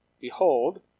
Behold